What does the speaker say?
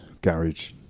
garage